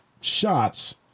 shots